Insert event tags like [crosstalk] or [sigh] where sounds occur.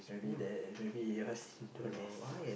maybe there maybe yours don't have [breath]